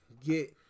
get